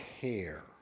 care